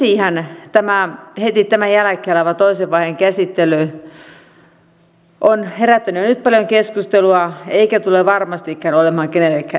sen sijaan heti tämän jälkeen alkava toisen vaiheen käsittely on herättänyt nyt paljon keskustelua eikä tule varmastikaan olemaan kenellekään helppo